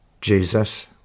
Jesus